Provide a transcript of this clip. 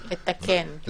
למשל,